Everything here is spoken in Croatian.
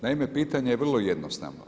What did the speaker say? Naime, pitanje je vrlo jednostavno.